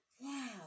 Wow